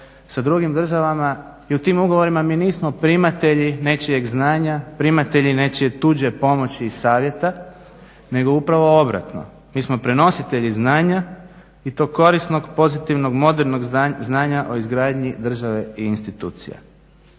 sa drugim državama i u tim ugovorima mi nismo primatelji nečijeg znanja, primatelji nečije tuđe pomoći i savjeta nego upravo odvratno. Mi smo prenositelji znanja i to korisnog, pozitivnog, modernog znanja o izgradnji države i institucije.